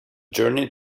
journey